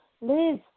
Liz